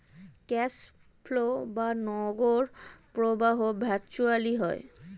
cash flow বা নগদ প্রবাহ ভার্চুয়ালি হয়